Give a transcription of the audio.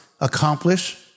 accomplish